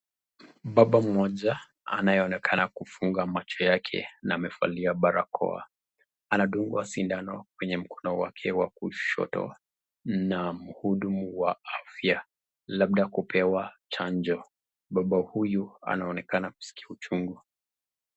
Baba mmoja anaonekana kufunga macho yake na amevalia barakoa anadungwa sindano kwenye mkono wake wa kushoto na muhudumu wa afya labda kupewa chanjo, baba huyu anaonekana kusikia uchungu.